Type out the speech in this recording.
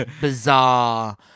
Bizarre